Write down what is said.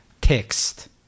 text